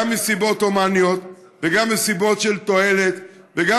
גם מסיבות הומניות וגם מסיבות של תועלת וגם